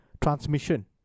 transmission